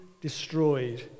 destroyed